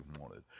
wanted